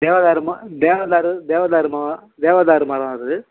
தேவதாரும்மா தேவதார் தேவதாரும்மா தேவதார் மரம் அது